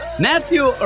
Matthew